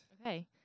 Okay